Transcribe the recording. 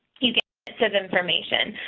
he says information,